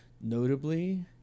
Notably